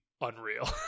unreal